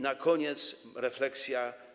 Na koniec refleksja.